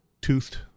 toothed